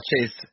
Chase